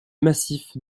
massif